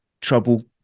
trouble